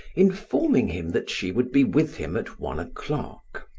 informing him that she would be with him at one o'clock.